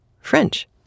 French